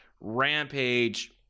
Rampage